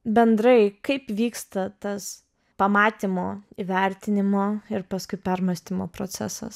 bendrai kaip vyksta tas pamatymo įvertinimo ir paskui permąstymo procesas